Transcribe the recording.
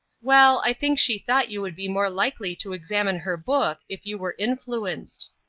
well, i think she thought you would be more likely to examine her book if you were influenced.